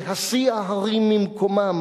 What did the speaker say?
להסיע הרים ממקומם.